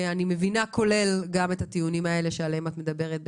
אני מבינה שהוא כולל גם את הטיעונים האלה שעליהם בקי מדברת.